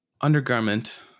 undergarment